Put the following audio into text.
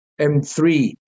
M3